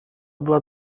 była